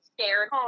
scared